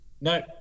no